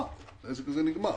העסק הזה נגמר.